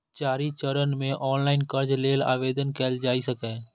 चारि चरण मे ऑनलाइन कर्ज लेल आवेदन कैल जा सकैए